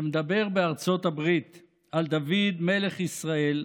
שמדבר בארצות הברית על דוד מלך ישראל,